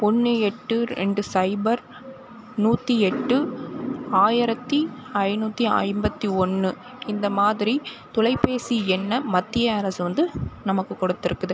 ஒன்று எட்டு ரெண்டு சைபர் நூற்றி எட்டு ஆயிரத்தி ஐநூற்றி ஐம்பத்தி ஒன்று இந்த மாதிரி தொலைப்பேசி எண்ணை மத்திய அரசு வந்து நமக்கு கொடுத்திருக்குது